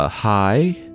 Hi